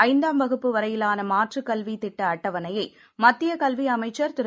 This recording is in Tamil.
ஐந்தாம் வகுப்பு வரையிலானமாற்றுக் கல்விதிட்டஅட்டவணையைமத்தியகல்விஅமைச்சர் திரு